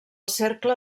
cercle